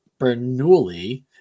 bernoulli